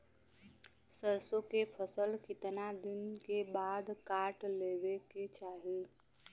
सरसो के फसल कितना दिन के बाद काट लेवे के चाही?